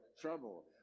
trouble